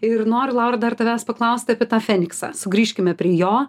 ir noriu laura dar tavęs paklausti apie tą feniksą sugrįžkime prie jo